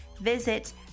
Visit